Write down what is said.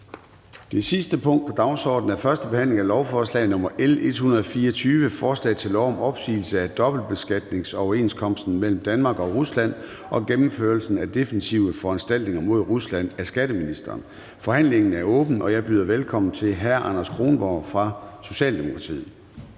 Det sidste punkt på dagsordenen er: 24) 1. behandling af lovforslag nr. L 124: Forslag til lov om opsigelse af dobbeltbeskatningsoverenskomsten mellem Danmark og Rusland og gennemførelse af defensive foranstaltninger mod Rusland. Af skatteministeren (Jeppe Bruus). (Fremsættelse 03.05.2023). Kl. 22:52 Forhandling